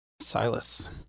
Silas